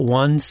one